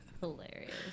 Hilarious